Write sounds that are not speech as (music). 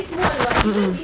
(noise) mm mm